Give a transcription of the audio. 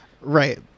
right